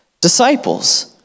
disciples